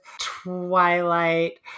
Twilight